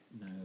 no